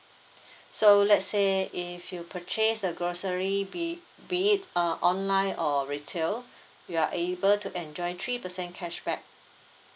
so let's say if you purchase a grocery be be it uh online or retail you are able to enjoy three percent cashback